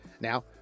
Now